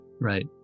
Right